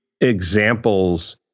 examples